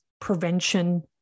prevention